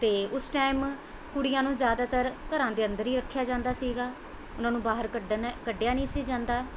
ਅਤੇ ਉਸ ਟਾਇਮ ਕੁੜੀਆਂ ਨੂੰ ਜ਼ਿਆਦਾਤਰ ਘਰਾਂ ਦੇ ਅੰਦਰ ਹੀ ਰੱਖਿਆ ਜਾਂਦਾ ਸੀਗਾ ਉਹਨਾਂ ਨੂੰ ਬਾਹਰ ਕੱਢਣ ਕੱਢਿਆ ਨਹੀਂ ਸੀ ਜਾਂਦਾ